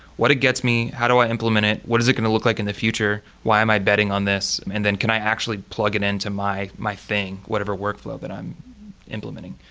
what it gets me? how do i implement it? what is it going to look like in the future? why am i betting on this? and then can i actually plug it into my my thing, whatever workflow that but i'm implementing?